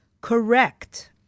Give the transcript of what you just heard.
correct